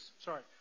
sorry